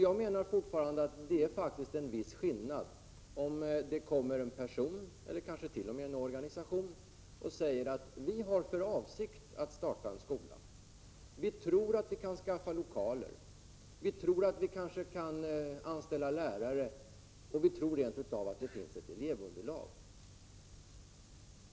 Jag anser fortfarande att det faktiskt är en viss skillnad, om det kommer en person eller kanske t.o.m. en organisation och säger: Vi har för avsikt att starta en skola. Vi tror att vi kan skaffa lokaler, vi tror att vi kanske kan anställa lärare och vi tror rent av att det finns elevunderlag.